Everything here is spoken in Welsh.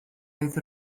oedd